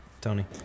Tony